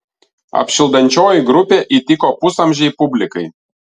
apšildančioji grupė įtiko pusamžei publikai